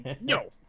No